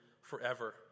forever